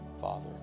father